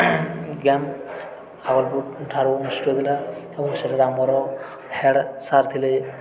game ଆଗଲ୍ପୁର୍ଠାରୁ ଥିଲା ଏବଂ ସେଠାରେ ଆମର ହେଡ଼୍ ସାର୍ ଥିଲେ